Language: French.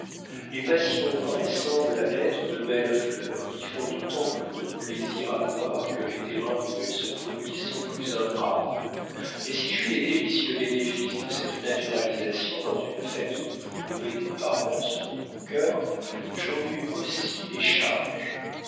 les passions vraies semblent être de belles fleurs qui font d'autant plus de plaisir à voir que les terrains où elles se produisent sont plus ingrats mais si j'eus les délicieux bénéfices de cette naturalisation dans une famille où je trouvais des parents selon mon cœur j'en eus aussi les charges